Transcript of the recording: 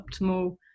optimal